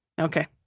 Okay